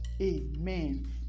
amen